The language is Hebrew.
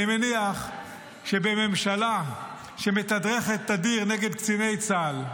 אני מניח שבממשלה שמתדרכת תדיר נגד קציני צה"ל,